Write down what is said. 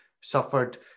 suffered